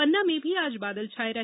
पन्ना में भी आज बादल छाये रहे